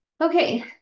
Okay